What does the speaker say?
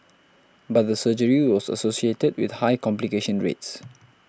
but the surgery was associated with high complication rates